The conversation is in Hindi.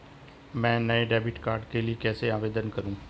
मैं नए डेबिट कार्ड के लिए कैसे आवेदन करूं?